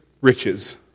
riches